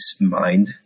mind